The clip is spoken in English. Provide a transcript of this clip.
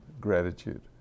gratitude